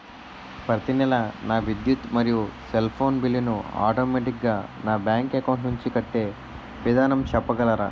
ప్రతి నెల నా విద్యుత్ మరియు సెల్ ఫోన్ బిల్లు ను ఆటోమేటిక్ గా నా బ్యాంక్ అకౌంట్ నుంచి కట్టే విధానం చెప్పగలరా?